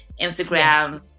Instagram